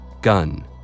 Gun